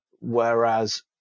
Whereas